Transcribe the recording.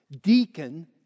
Deacon